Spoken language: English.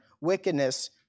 wickedness